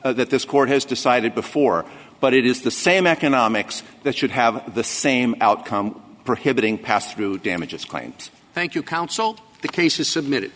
that this court has decided before but it is the same economics that should have the same outcome prohibiting passthrough damages claims thank you counsel the case is submitted